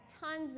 tons